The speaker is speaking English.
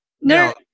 no